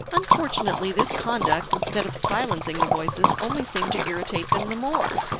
unfortunately this conduct, instead of silencing the voices, only seemed to irritate them the more,